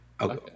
Okay